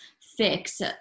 fix